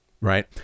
right